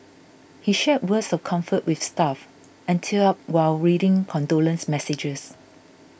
he shared words of comfort with staff and teared up while reading condolence messages